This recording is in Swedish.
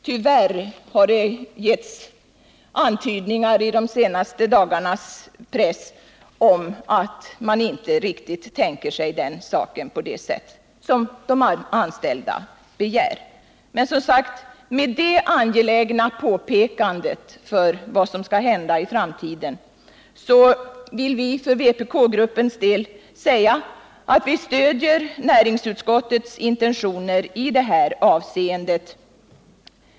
Tyvärr har det i pressen de senaste dagarna antytts att man inte tänker sig riktigt den lösning som de anställda begär. Med dessa angelägna påpekanden om vad som bör hända i framtiden vill vi från vpk-gruppen säga att vi stöder näringsutskottets intentioner i detta avseende.